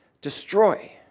Destroy